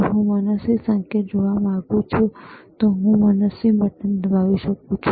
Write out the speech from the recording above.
જો હું મનસ્વી સંકેત જોવા માંગુ છું તો હું મનસ્વી બટન દબાવી શકું છું